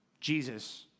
Jesus